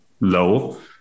low